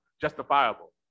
justifiable